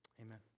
Amen